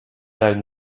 down